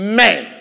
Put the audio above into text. men